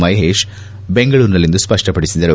ಮಹೇಶ್ ಬಿಂಗಳೂರಿನಲ್ಲಿಂದು ಸ್ವಪ್ನಪಡಿಸಿದರು